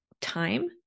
time